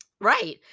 Right